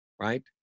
right